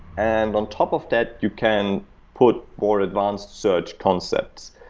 and on top of that, you can put more advanced search concepts.